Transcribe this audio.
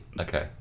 okay